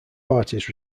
parties